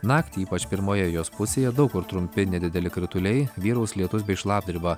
naktį ypač pirmoje jos pusėje daug kur trumpi ir nedideli krituliai vyraus lietus bei šlapdriba